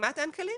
כמעט אין כלים.